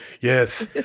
yes